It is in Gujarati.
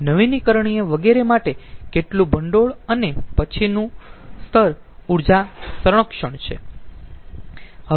નવીનીકરણીય વગેરે માટે કેટલું ભંડોળ અને પછીનું સ્તર ઊર્જા સંરક્ષણ છે